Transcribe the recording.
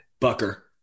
Bucker